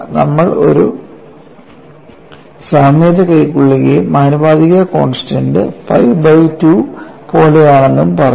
നമ്മൾ ഒരു സാമ്യത കൈക്കൊള്ളുകയും ആനുപാതികത കോൺസ്റ്റൻഡ് പൈ ബൈ 2 പോലെയാണെന്നും പറഞ്ഞു